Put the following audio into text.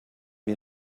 wir